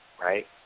Right